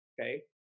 okay